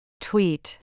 Tweet